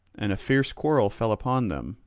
and a fierce quarrel fell upon them,